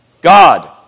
God